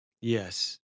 Yes